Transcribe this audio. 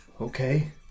Okay